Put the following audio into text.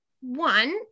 one